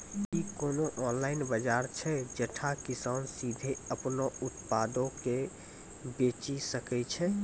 कि कोनो ऑनलाइन बजार छै जैठां किसान सीधे अपनो उत्पादो के बेची सकै छै?